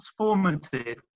transformative